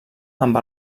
amb